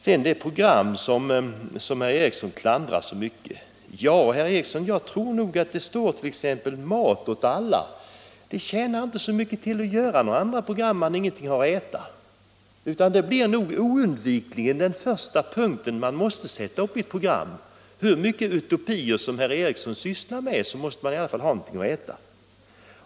Om det program som herr Ericson klandrar så mycket vill jag säga att där står att det skall finnas mat åt alla. Det tjänar ju inte mycket till att göra upp något annat program, om det inte finns någonting att äta, utan matförsörjningen blir oundvikligen den första punkt som måste sättas upp i ett program. Hur mycket utopier som herr Ericson än sysslar med måste människorna i alla fall ha någonting att äta.